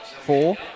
Four